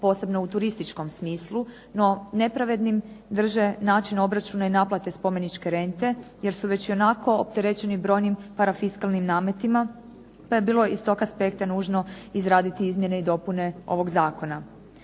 posebno u turističkom smislu, no nepravednim drže način obračuna i naplate spomeničke rente, jer su već i onako opterećeni brojnim parafiskalnim nametima, pa je bilo iz toga aspekta nužno izraditi izmjene i dopune ovog zakona.